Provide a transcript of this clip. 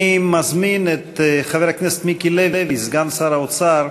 אני מזמין את חבר הכנסת מיקי לוי, סגן שר האוצר,